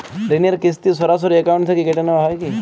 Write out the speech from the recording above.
ঋণের কিস্তি সরাসরি অ্যাকাউন্ট থেকে কেটে নেওয়া হয় কি?